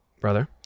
brother